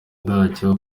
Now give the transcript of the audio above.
bwacyo